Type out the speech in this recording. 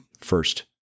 first